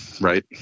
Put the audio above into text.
right